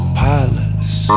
palace